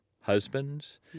husbands